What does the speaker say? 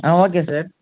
ah okay sir